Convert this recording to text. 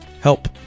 help